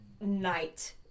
night